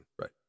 Right